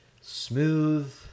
smooth